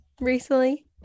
recently